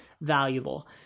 valuable